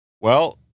Well-